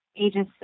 ages